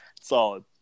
Solid